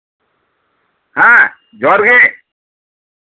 ᱦᱮᱸ ᱡᱚᱦᱟᱨᱜᱮ